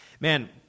Man